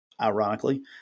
ironically